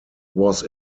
was